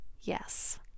Yes